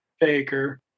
Baker